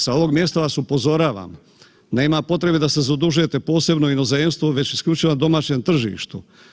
Sa ovog mjesta vas upozoravam, nema potrebe da se zadužujete posebno u inozemstvu već isključivo na domaćem tržištu.